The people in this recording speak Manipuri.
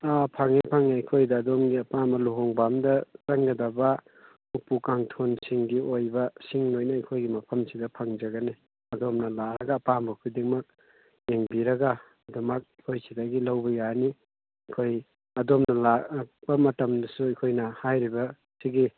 ꯐꯪꯉꯦ ꯐꯪꯉꯦ ꯑꯩꯈꯣꯏꯗ ꯑꯗꯣꯝꯒꯤ ꯑꯄꯥꯝꯕ ꯂꯨꯍꯣꯡꯕ ꯑꯝꯗ ꯆꯪꯒꯗꯕ ꯎꯄꯨ ꯀꯥꯡꯊꯣꯜꯁꯤꯡꯒꯤ ꯑꯣꯏꯕꯁꯤꯡ ꯂꯣꯏꯅ ꯑꯩꯈꯣꯏꯒꯤ ꯃꯐꯝꯁꯤꯗ ꯐꯪꯖꯒꯅꯤ ꯑꯗꯣꯝꯅ ꯂꯥꯛꯑꯒ ꯑꯄꯥꯝꯕ ꯈꯨꯗꯤꯡꯃꯛ ꯌꯦꯡꯕꯤꯔꯒ ꯑꯗꯨꯃꯛ ꯑꯩꯈꯣꯏꯁꯤꯗꯒꯤ ꯂꯧꯕ ꯌꯥꯅꯤ ꯑꯩꯈꯣꯏ ꯑꯗꯣꯝꯅ ꯂꯥꯛꯄ ꯃꯇꯝꯗꯁꯨ ꯑꯩꯈꯣꯏꯅ ꯍꯥꯏꯔꯤꯕ ꯁꯤꯒꯤ